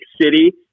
city